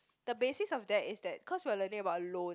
the basis of that is that cause we are learning about loan